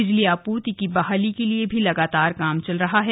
बिजली आपूर्ति की बहाली के लिए भी लगातार काम चल रहा है